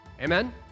Amen